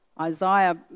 Isaiah